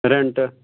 رٮ۪نٛٹہٕ